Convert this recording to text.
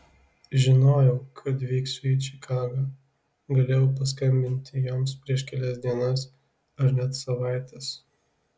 žinojau kad vyksiu į čikagą galėjau paskambinti joms prieš kelias dienas ar net savaites